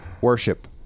worship